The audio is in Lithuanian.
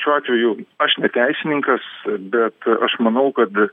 šiuo atveju aš ne teisininkas bet aš manau kad